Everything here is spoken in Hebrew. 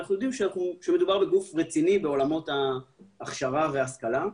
שאנחנו יודעים שמדובר בגוף רציני בעולמות ההכשרה וההשכלה.